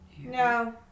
No